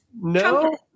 No